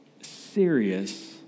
serious